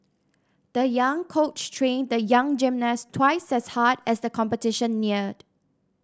the young coach trained the young gymnast twice as hard as the competition neared